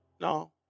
no